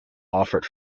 offered